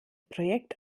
projekt